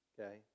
okay